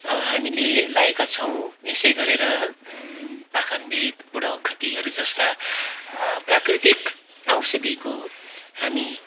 हामीले लाएका छौँ यसै गरेर पाखनवेद बुढो ओखतीहरू जस्ता प्राकृतिक औषधीको हामी